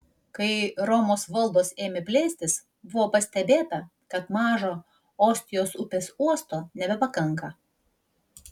kai romos valdos ėmė plėstis buvo pastebėta kad mažo ostijos upės uosto nebepakanka